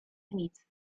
nic